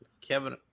Kevin